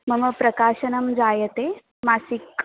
मम प्रकाशनं जायते मासिकं